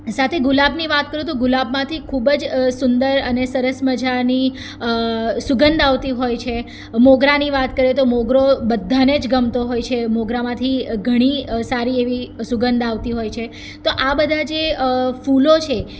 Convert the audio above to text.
સાથે ગુલાબની વાત કરું તો ગુલાબમાંથી ખૂબ જ સુંદર અને સરસ મજાની સુગંધ આવતી હોય છે મોગરાની વાત કરું તો મોગરો બધાને જ ગમતો હોય છે મોગરામાંથી ઘણી સારી એવી સુગંધ આવતી હોય છે તો જે આ બધા ફૂલો છે